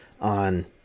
on